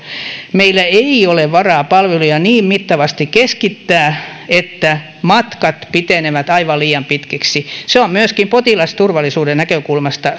meillä ei ole varaa palveluja niin mittavasti keskittää että matkat pitenevät aivan liian pitkiksi se on myöskin potilasturvallisuuden näkökulmasta